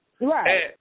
Right